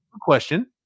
question